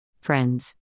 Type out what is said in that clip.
Friends